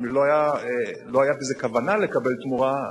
משום שלא היתה בזה כוונה לקבל תמורה,